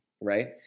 right